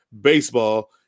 baseball